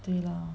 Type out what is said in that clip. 对 lor